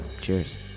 Cheers